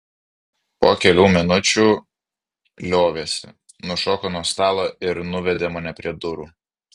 po kelių minučių liovėsi nušoko nuo stalo ir nuvedė mane prie durų